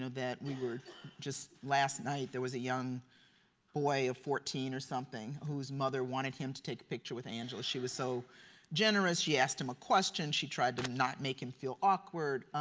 so that we were just last night, there was a young boy of fourteen or something whose mother wanted him to take a picture with angela. she was so generous. she asked him a question. she tried to not make him feel awkward.